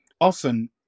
Often